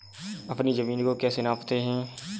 अपनी जमीन को कैसे नापते हैं?